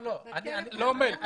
לא מייל.